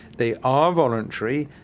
they are voluntary,